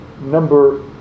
number